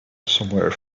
somewhere